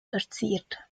verziert